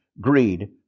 greed